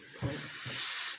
points